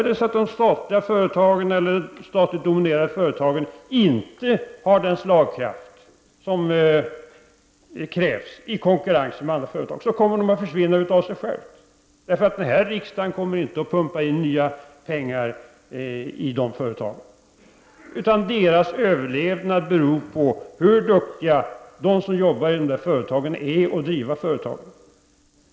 Visar det sig att de statligt dominerade företagen inte har den slagkraft som krävs i konkurrens med andra företag, kommer de att för svinna av sig själva. Den här riksdagen kommer inte att pumpa in nya pengar i de företagen. Deras överlevnad beror på hur duktiga de som arbetar i de företagen är att driva företagen.